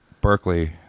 Berkeley